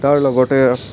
তাৰ লগতে